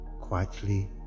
quietly